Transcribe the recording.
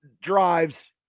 drives